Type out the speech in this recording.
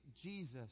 Jesus